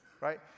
right